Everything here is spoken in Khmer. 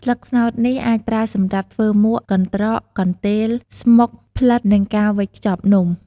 ស្លឹកត្នោតនេះអាចប្រើសម្រាប់ធ្វើមួក កន្ដ្រក កន្ទេល ស្មុក ផ្លិត និងការវេចខ្ចប់នំ។